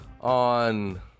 On